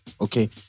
Okay